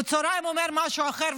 בצוהריים אומר משהו אחר,